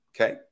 Okay